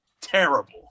terrible